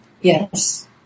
Yes